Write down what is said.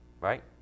right